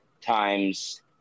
times